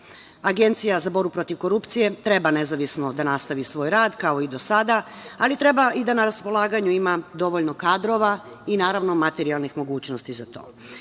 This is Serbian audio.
za borbu protiv korupcije treba nezavisno da nastavi svoj rad, kao i do sada, ali treba i da na raspolaganju ima dovoljno kadrova i, naravno, materijalnih mogućnosti za